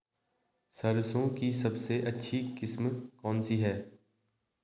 सरसों की सबसे अच्छी किस्म कौन सी है?